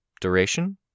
Duration